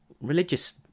religious